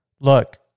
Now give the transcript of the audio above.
look